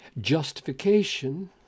justification